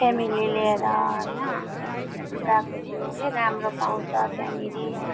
family लिएर होइन अनि सबैसँग गएको थियो ए राम्रो पाउँछ त्यहाँनेरि